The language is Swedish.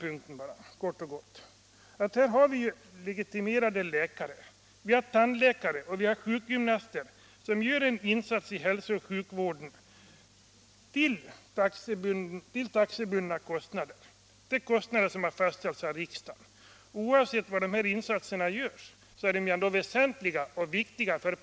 Men här har vi legitimerade läkare, tandläkare och sjukgymnaster som gör en insats inom hälso och sjukvården mot taxebunden ersättning, som har fastställts av riksdagen. Oavsett var insatserna görs är de lika väsentliga för patienterna.